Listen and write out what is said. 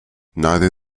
neither